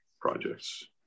projects